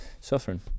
suffering